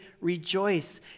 rejoice